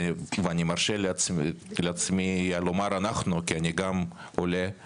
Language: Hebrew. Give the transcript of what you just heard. ואני מרשה לעצמי לומר אנחנו כי אני גם עולה,